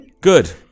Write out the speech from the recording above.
Good